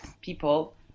people